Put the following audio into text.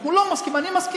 "הוא לא מסכים" אני מסכים.